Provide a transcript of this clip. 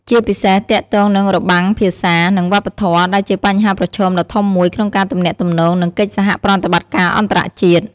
ជាពិសេសទាក់ទងនឹងរបាំងភាសា និងវប្បធម៌ ដែលជាបញ្ហាប្រឈមដ៏ធំមួយក្នុងការទំនាក់ទំនង និងកិច្ចសហប្រតិបត្តិការអន្តរជាតិ។